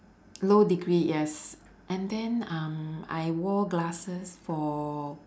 low degree yes and then um I wore glasses for